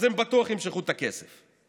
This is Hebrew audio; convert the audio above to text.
אז הם בטוח ימשכו את הכסף.